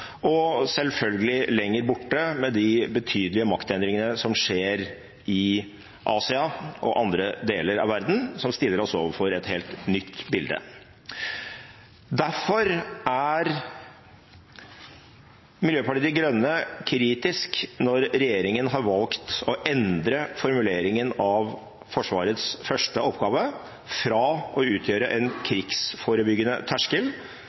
og selvfølgelig – lenger borte – med de betydelige maktendringene som skjer i Asia og andre deler av verden, som stiller oss overfor et helt nytt bilde. Derfor er Miljøpartiet De Grønne kritisk når regjeringen har valgt å endre formuleringen av Forsvarets første oppgave fra «å utgjøre en krigsforebyggende terskel»